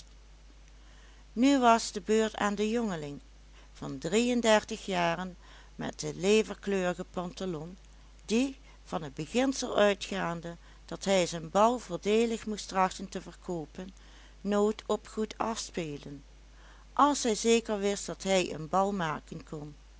nu was de beurt aan den jongeling van drieëndertig jaren met den leverkleurigen pantalon die van het beginsel uitgaande dat hij zijn bal voordeelig moest trachten te verkoopen nooit op goedaf speelde als hij zeker wist dat hij een bal maken kon